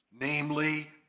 namely